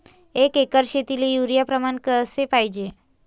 एक एकर शेतीले युरिया प्रमान कसे पाहिजे?